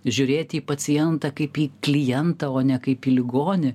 žiūrėti į pacientą kaip į klientą o ne kaip į ligonį